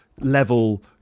level